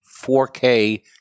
4K